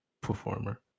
performer